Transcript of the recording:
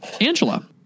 Angela